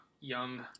young